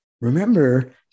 Remember